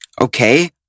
Okay